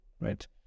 right